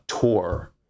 tour